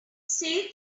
save